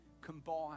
combined